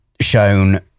shown